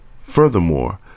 Furthermore